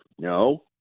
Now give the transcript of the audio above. No